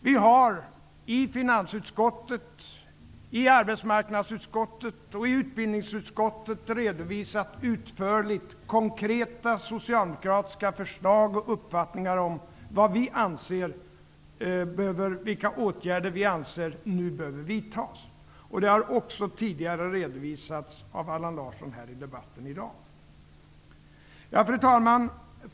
Vi har i finansutskottet, i arbetsmarknadsutskottet och i utbildningsutskottet utförligt redovisat konkreta socialdemokratiska förslag och uppfattningar om vilka åtgärder som vi anser nu behöver vidtas. Detta har tidigare redovisats här i debatten i dag av Allan Larsson. Fru talman!